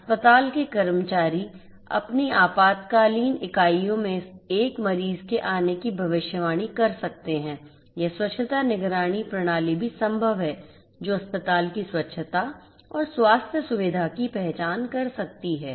अस्पताल के कर्मचारी अपनी आपातकालीन इकाइयों में एक मरीज के आने की भविष्यवाणी कर सकते हैं यह स्वच्छता निगरानी प्रणाली भी संभव है जो अस्पताल की स्वच्छता और स्वास्थ्य सुविधा की पहचान कर सकती है